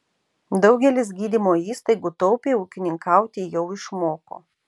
daugelis gydymo įstaigų taupiai ūkininkauti jau išmoko